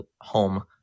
home